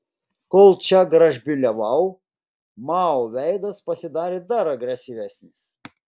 kol čia gražbyliavau mao veidas pasidarė dar agresyvesnis